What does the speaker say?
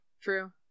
true